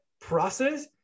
process